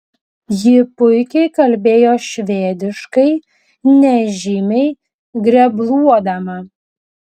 ji puikiai kalbėjo švediškai nežymiai grebluodama